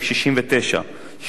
שעניינו תיקון חוק הנפט,